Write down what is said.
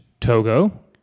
Togo